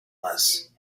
less